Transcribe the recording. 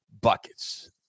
Buckets